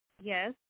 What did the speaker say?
Yes